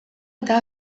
eta